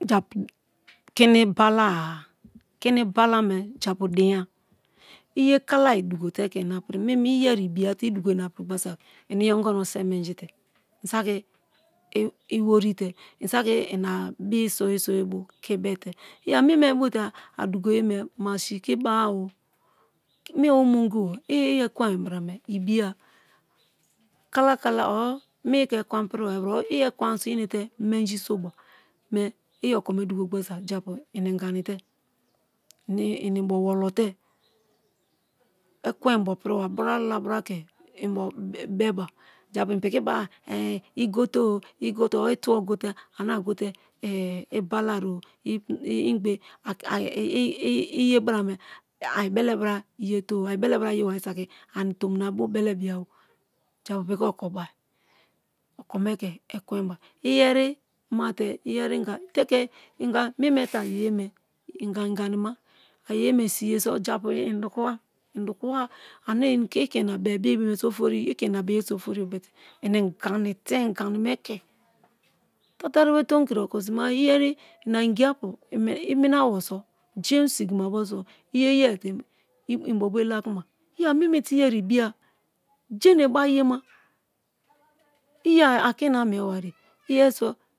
Japu kini bala-a, kini bala me japu dinya iye kalai dugote ke̠ ina piri meme iye yeme ibiya te i dugo ina piri gborisaki i iyongon o se̠ menji-te̠ i̠ saki iworite i̠ saki ma bi̠i̠ soye-soye ke ibete ya meme bo te a dugoyeme ma si̠ ke̠ iba-ao. me o omongibo i̠ ekwein barame ibiya kala kala or me i̠ ke̠ ekwen apiriwa ri bra or iye ekwan so i inate menji so ba i̠ okome dugo gbosaki iapu inganite i inbo wolote ekwen inbo priba bralabra ke̠ inbo beba japu i̠ piki beba igote-o igote-o itubo gote ane agote ibala o̠ ingbe iyelorame aribelebra ye te-oī a ibelebra yewa saki ani tomi nabu belebra-oi i̠apu piki oko bai okome ke̠ ekwenba iyeri mate iyeri i̠nga meme te ayeyeme inga-inganima ayeyeme siye so japu indukuwa indukuwa ane i̠ ke ina be bii so ofori i ke ina beye so ofori o but i̠ inganite inganime ke tatari be̠ tomikiri okosima-a iyeri ina ingiapu i̠ mma-bo so. jein sigimabo so i̠ yeyai te inbo bo ilakuma. Ya meme te i̠yei̠ yeme ibaya je̠ne̠ bari yema i̠ye ake ina mie ware̠ i̠yeri so̠